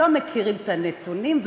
לא מכירים את הנתונים,